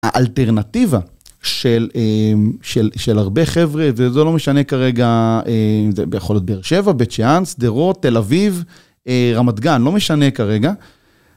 האלטרנטיבה של הרבה חבר'ה, וזה לא משנה כרגע אם זה יכול להיות באר שבע, בית שאן, שדרות, תל אביב, רמת גן, לא משנה כרגע.